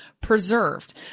preserved